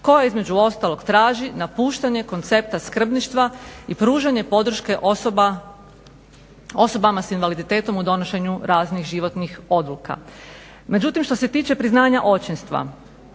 koja između ostalog traži napuštanja koncepta skrbništva i pružanja podrške osobama s invaliditetom u donošenju raznih životnih odluka. Međutim što se tiče priznanja očinstva,